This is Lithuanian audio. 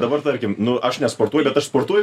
dabar tarkim nu aš nesportuoju bet aš sportuoju